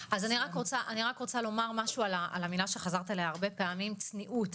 לגבי המילה צניעות,